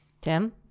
Tim